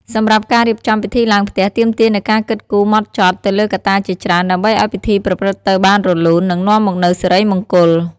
សម្រាប់ការរៀបចំពិធីឡើងផ្ទះទាមទារនូវការគិតគូរហ្មត់ចត់ទៅលើកត្តាជាច្រើន ដើម្បីឲ្យពិធីប្រព្រឹត្តទៅបានរលូន និងនាំមកនូវសិរីមង្គល។